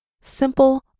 simple